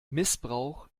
missbrauch